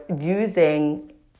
using